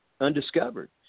undiscovered